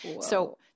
So-